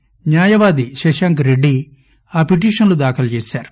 అరుణ న్యాయవాదిశశాంక్రెడ్డిఆపిటిషన్లుదాఖలుచేశారు